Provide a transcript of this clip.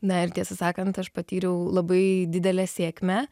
na ir tiesą sakant aš patyriau labai didelę sėkmę